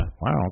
Wow